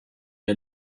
der